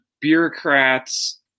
bureaucrats